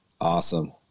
Awesome